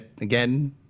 again